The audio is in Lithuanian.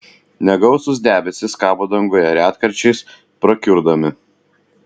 negausūs debesys kabo danguje retkarčiais prakiurdami